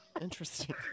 Interesting